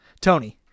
Tony